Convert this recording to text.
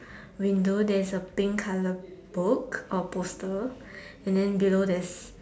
window there's a pink color book or poster and then below there's